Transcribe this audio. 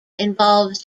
involves